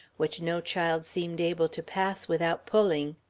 which no child seemed able to pass without pulling.